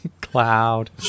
Cloud